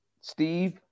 Steve